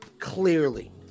Clearly